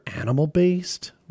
animal-based